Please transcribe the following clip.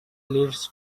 leads